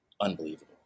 unbelievable